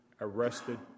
arrested